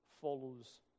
follows